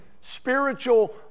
spiritual